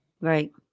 Right